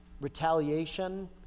retaliation